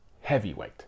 heavyweight